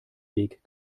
weg